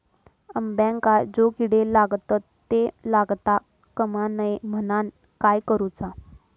अंब्यांका जो किडे लागतत ते लागता कमा नये म्हनाण काय करूचा?